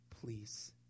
Please